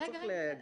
לא צריך להגזים.